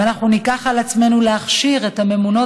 ואנחנו ניקח על עצמנו להכשיר את הממונות